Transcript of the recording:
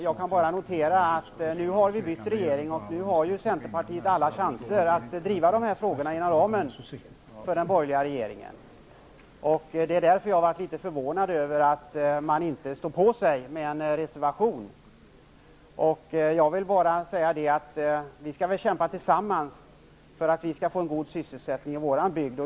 Jag kan bara notera att vi har bytt regering nu, och Centerpartiet har alla möjligheter att driva dessa frågor inom ramen för den borgerliga regeringen. Därför är jag litet förvånad över att man inte står på sig med en reservation. Vi skall väl kämpa tillsammans för att vi skall få en god sysselsättning i vår bygd.